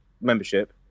membership